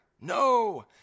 No